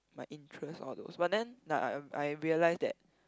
my interest all those but then like I I realise that